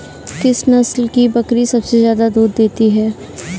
किस नस्ल की बकरी सबसे ज्यादा दूध देती है?